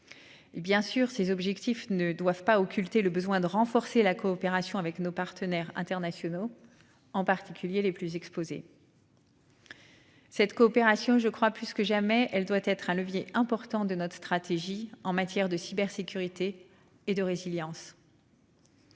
bien sûr ces objectifs ne doivent pas occulter le besoin de renforcer la coopération avec nos partenaires internationaux, en particulier les plus exposés.-- Cette coopération je crois plus que jamais, elle doit être un levier important de notre stratégie en matière de cybersécurité et de résilience.--